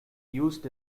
used